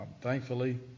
thankfully